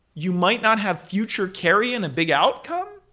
you might not have future carry and a big outcome?